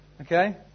Okay